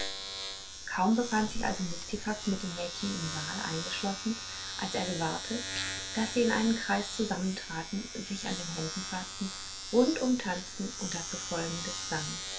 kaum befand sich also mistifax mit den mädchen im saal eingeschlossen als er gewahrte daß sie in einen kreis zusammentraten sich an den händen faßten rundum tanzten und dazu folgendes sangen